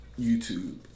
YouTube